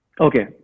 Okay